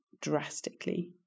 drastically